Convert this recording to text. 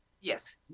Yes